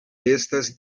estas